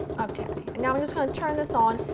okay, and now i'm just going to turn this on,